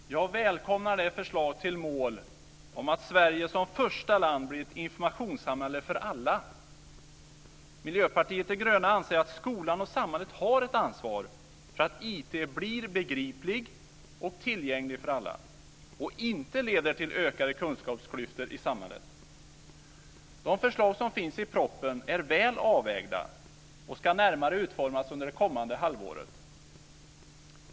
Fru talman! Jag välkomnar det förslag som har till mål att Sverige som första land blir ett informationssamhälle för alla. Miljöpartiet de gröna anser att skolan och samhället har ett ansvar för att informationstekniken blir begriplig och tillgänglig för alla och inte leder till ökade kunskapsklyftor i samhället. De förslag som finns i propositionen är väl avvägda och ska närmare utformas under det kommande halvåret.